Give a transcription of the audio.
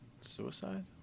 Suicide